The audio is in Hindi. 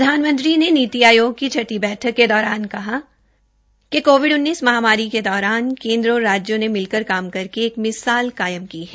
प्रधानमंत्री ने नीति आयोग की छठी बैठक के दौरान कहा कि कोविड महांमारी के दौरान केन्द्र और राज्यों में मिल कर काम करके एक मिसाल कायम की है